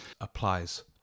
applies